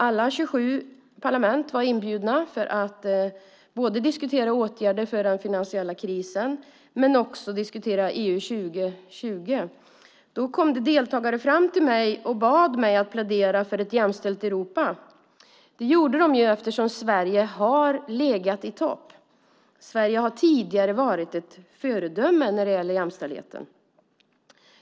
Alla 27 parlament var inbjudna för att diskutera åtgärder för den finansiella krisen och EU 2020. Då kom det deltagare fram till mig och bad mig plädera för ett jämställt Europa, eftersom Sverige har legat i topp. Sverige har tidigare varit ett föredöme när det gäller jämställdhet.